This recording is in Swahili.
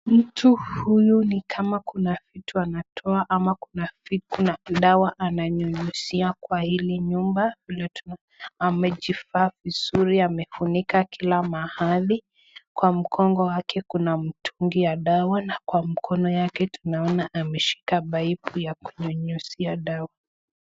Mtu huyu ni kama kuna vitu anatoa ama kuna dawa ananyunyizia kwa hili nyumba, vile tunaona amejivaa vizuri, amefunika kila mahali, kwa mgongo wake kuna mtungi wa dawa na kwa mkono yake tunaona ameshika paipu ya kunyunyizia dawa.